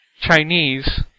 Chinese